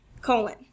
colon